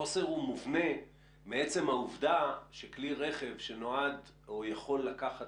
החוסר מובנה מעצם העובדה שכלי רכב שנועד או יכול לקחת